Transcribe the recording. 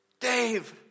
Dave